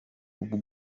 ubwo